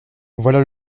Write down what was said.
voilà